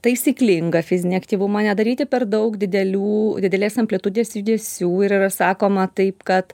taisyklingą fizinį aktyvumą nedaryti per daug didelių didelės amplitudės judesių ir yra sakoma taip kad